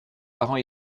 parent